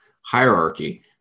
hierarchy